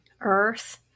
earth